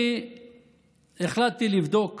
אני החלטתי לבדוק